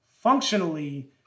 functionally